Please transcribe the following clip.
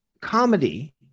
comedy